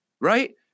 right